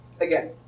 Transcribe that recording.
again